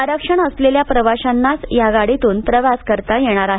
आरक्षण असलेल्या प्रवाशांनाच या गाडीतून प्रवास करता येणार आहे